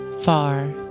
far